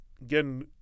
Again